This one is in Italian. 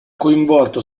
coinvolto